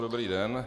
Dobrý den.